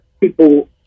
people